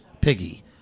Piggy